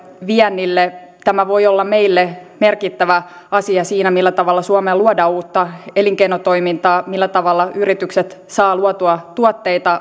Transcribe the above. viennille tämä voi olla meille merkittävä asia siinä millä tavalla suomeen luodaan uutta elinkeinotoimintaa millä tavalla yritykset saavat luotua tuotteita